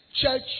church